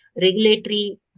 regulatory